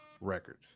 records